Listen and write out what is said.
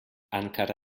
ankara